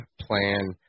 plan